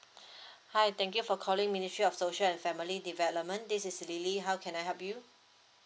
hi thank you for calling ministry of social and family development this is lily how can I help you